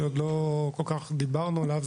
שלא דיברנו עליו כל כך,